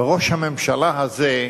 וראש הממשלה הזה,